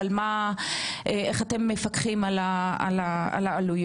אבל איך אתם מפקחים על העלויות?